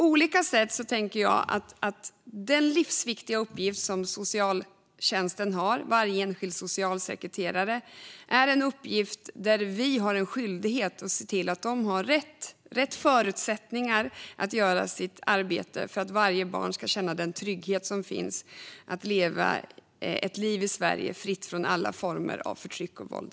När det gäller den livsviktiga uppgift som socialtjänsten har - varje enskild socialsekreterare - har vi en skyldighet att se till att de har rätt förutsättningar att göra sitt arbete för att varje barn ska känna trygghet att leva ett liv i Sverige fritt från alla former av förtryck och våld.